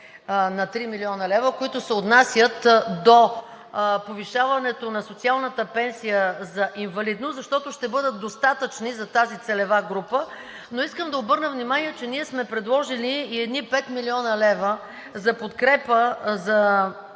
на 3 млн. лв., които се отнасят до повишаването на социалната пенсия за инвалидност, защото ще бъдат достатъчни за тази целева група. Искам да обърна внимание, че ние сме предложили и едни 5 млн. лв. за подкрепа за лечение